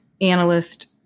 analyst